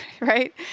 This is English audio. Right